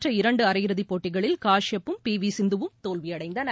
மற்ற இரண்டுஅரையிறுதிபோட்டிகளில் காஷ்யாப் ம் பிவிசிந்துவும் தோல்வியடைந்தனர்